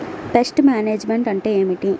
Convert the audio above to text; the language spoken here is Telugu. పెస్ట్ మేనేజ్మెంట్ అంటే ఏమిటి?